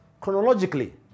chronologically